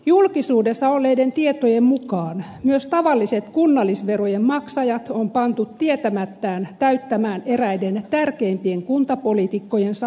julkisuudessa olleiden tietojen mukaan myös tavalliset kunnallisverojen maksajat on pantu tietämättään täyttämään eräiden tärkeimpien kuntapoliitikkojensa vaalikassoja